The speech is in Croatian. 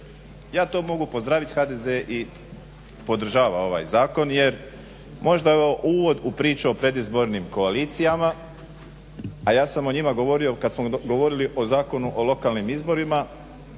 ja to mogu pozdravit i HDZ podržava ovaj zakon jer možda uvod u priču o predizbornim koalicijama a ja sam o njima govorio kad smo govorili o Zakonu o lokalnim izborima